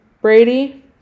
Brady